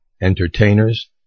entertainers